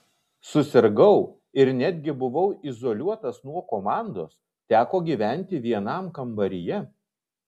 susirgau ir netgi buvau izoliuotas nuo komandos teko gyventi vienam kambaryje